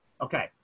Okay